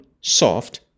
soft